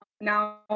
Now